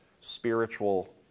spiritual